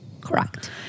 Correct